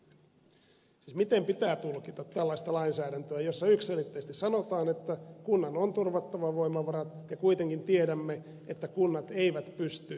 siis miten pitää tulkita tällaista lainsäädäntöä jossa yksiselitteisesti sanotaan että kunnan on turvattava voimavarat ja kuitenkin tiedämme että kunnat eivät pysty niitä turvaamaan